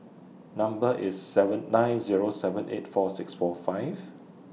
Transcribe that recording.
Number IS seven nine Zero seven eight four six four five